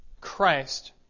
Christ